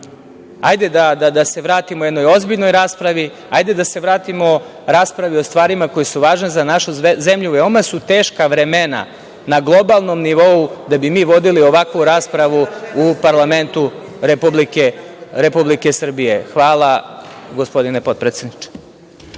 Hajde da se vratimo jednoj ozbiljnoj raspravi, hajde da se vratimo raspravi o stvarima koje su važne za našu zemlju. Veoma su teška vremena na globalnom nivou da bi mi vodili ovakvu raspravu u parlamentu Republike Srbije. Hvala, gospodine potpredsedniče.